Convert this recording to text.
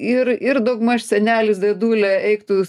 ir ir daugmaž senelis dėdulė eik tu